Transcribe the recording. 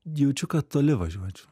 jaučiu kad toli važiuočiau